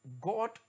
God